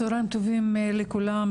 צוהריים טובים לכולם,